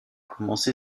commencé